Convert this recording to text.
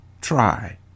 Try